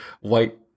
white